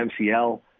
mcl